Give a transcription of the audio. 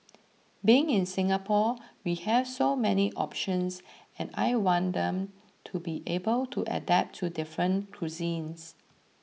being in Singapore we have so many options and I want them to be able to adapt to different cuisines